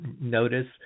notice